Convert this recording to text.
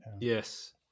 Yes